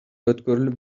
өткөрүлүп